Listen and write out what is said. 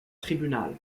tribunal